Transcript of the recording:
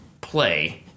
play